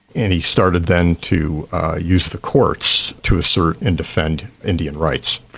and he started then to use the courts to assert and defend indian rights.